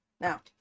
Now